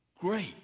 Great